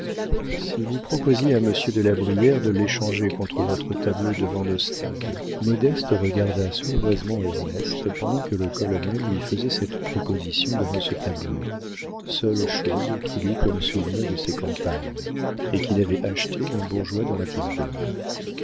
si vous proposiez à monsieur de la brière de l'échanger contre votre tableau de van ostade modeste regarda sournoisement ernest pendant que le colonel lui faisait cette proposition devant ce tableau seule chose qu'il eût comme souvenir de ses campagnes et qu'il avait achetée d'un bourgeois de ratisbonne